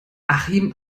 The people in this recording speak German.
achim